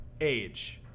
age